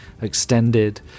extended